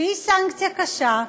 שהיא סנקציה קשה,